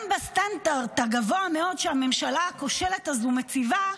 גם בסטנדרט הגבוה מאוד שהממשלה הכושלת הזאת מציבה,